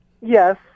Yes